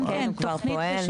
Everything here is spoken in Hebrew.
כן, הוא כבר פועל.